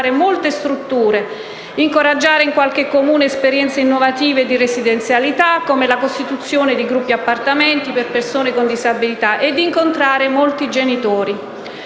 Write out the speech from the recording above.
molte strutture, incoraggiare in qualche Comune esperienze innovative di residenzialità, come la costituzione di gruppi appartamento per persone con disabilità, e di incontrare molti genitori.